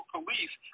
police